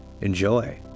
Enjoy